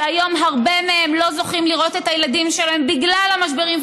שהיום הרבה מהם לא זוכים לראות את הילדים שלהם בגלל המשברים,